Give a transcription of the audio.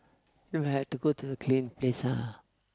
we might have to go to the clean place ah